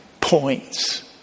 points